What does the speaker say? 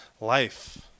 life